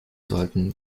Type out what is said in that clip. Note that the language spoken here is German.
sollten